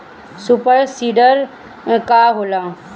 Super seeder का होला?